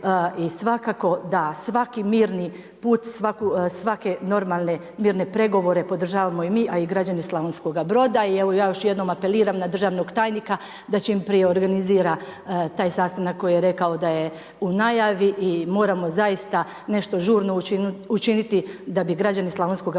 i svakako da svaki mirni put, svake normalne mirne pregovore podržavamo i mi a i građani Slavonskoga Broda. I evo ja još jednom apeliram na državnog tajnika da čim prije organizira taj sastanak koji je rekao da je u najavi. I moramo zaista nešto žurno učiniti da bi građani Slavonskoga Broda